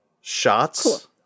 shots